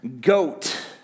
GOAT